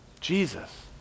Jesus